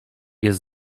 jest